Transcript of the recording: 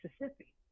Mississippi